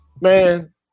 man